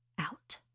out